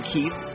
Keith